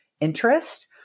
interest